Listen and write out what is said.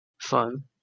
Fun